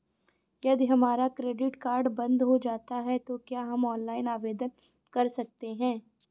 यदि हमारा credit card बंद हो जाता है तो क्या हम ऑनलाइन आवेदन कर सकते हैं?